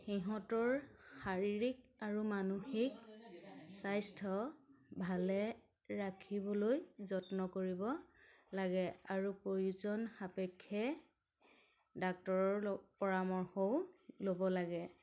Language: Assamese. সিহঁতৰ শাৰীৰিক আৰু মানসিক স্বাস্থ্য ভালে ৰাখিবলৈ যত্ন কৰিব লাগে আৰু প্ৰয়োজন সাপেক্ষে ডাক্তৰৰ পৰামৰ্শও ল'ব লাগে